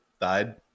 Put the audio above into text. died